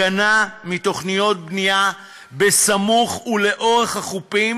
הגנה מתוכניות בנייה בסמוך ולאורך החופים.